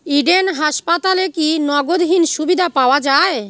Eden হাসপাতালে কি নগদহীন সুবিধা পাওয়া যায়